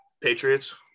Patriots